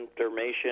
information